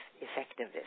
effectiveness